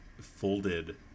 folded